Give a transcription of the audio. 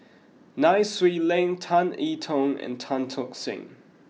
Nai Swee Leng Tan I Tong and Tan Tock Seng